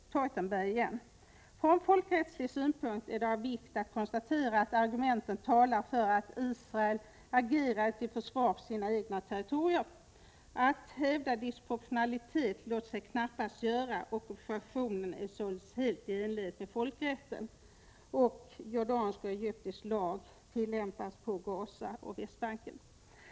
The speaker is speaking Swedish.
Jag citerar Theutenberg igen: ”Från folkrättslig synpunkt är det av vikt att konstatera att argumenten talar för att Israel agerade till försvar för sina egna territorier ———. Att hävda disproportionalitet låter sig knappast göras. Ockupationen är således helt i enlighet med folkrätten.” Dessutom tillämpas jordansk och egyptisk lag på Gaza och på Västbanken.